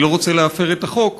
אני לא רוצה להפר את החוק.